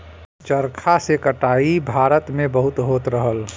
चरखा से कटाई भारत में बहुत होत रहल